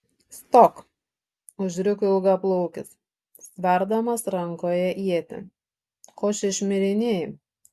stok užriko ilgaplaukis sverdamas rankoje ietį ko čia šmirinėji